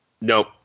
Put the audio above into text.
Nope